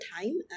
time